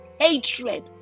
hatred